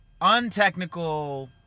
untechnical